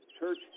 church